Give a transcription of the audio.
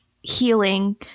healing